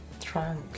Trunk